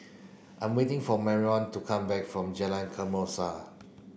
I am waiting for Marrion to come back from Jalan Kesoma